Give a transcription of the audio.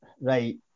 Right